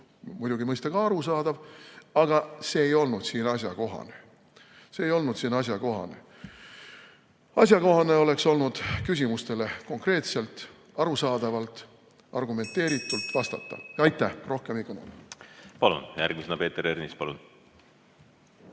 muidugi mõista ka arusaadav, aga see ei olnud siin asjakohane. See ei olnud asjakohane! Asjakohane oleks olnud küsimustele konkreetselt, arusaadavalt, argumenteeritult vastata. Aitäh! Rohkem ei kõnele. Ma palun järgmisena, Peeter Ernits! Ma palun